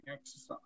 exercise